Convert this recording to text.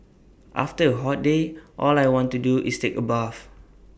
after A hot day all I want to do is take A bath